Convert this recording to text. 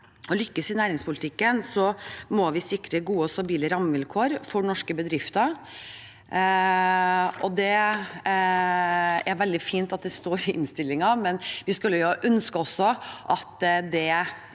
og lykkes i næringspolitikken, må vi sikre gode og stabile rammevilkår for norske bedrifter. Det er veldig fint at det står i innstillingen, men vi skulle også ønske at det